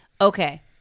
Okay